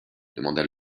demanda